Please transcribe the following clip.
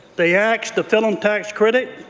they axed the film tax credit,